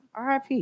RIP